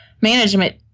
management